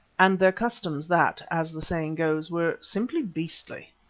and their customs, that, as the saying goes, were simply beastly.